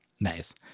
Nice